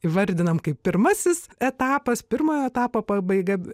įvardinam kaip pirmasis etapas pirmojo etapo pabaiga